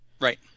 Right